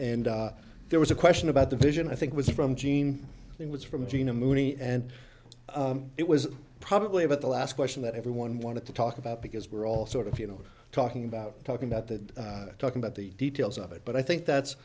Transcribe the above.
and there was a question about the vision i think was from gene it was from gina mooney and it was probably about the last question that everyone wanted to talk about because we're all sort of you know talking about talking about the talk about the details of it but i think that's